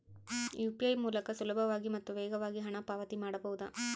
UPI ಮೂಲಕ ಸುಲಭವಾಗಿ ಮತ್ತು ವೇಗವಾಗಿ ಹಣ ಪಾವತಿ ಮಾಡಬಹುದಾ?